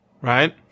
Right